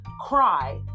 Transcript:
cry